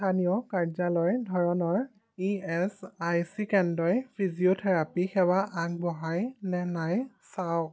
স্থানীয় কাৰ্যালয় ধৰণৰ ই এছ আই চি কেন্দ্ৰই ফিজিঅ'থেৰাপী সেৱা আগবঢ়ায় নে নাই চাওক